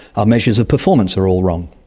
our measures of performance are all wrong.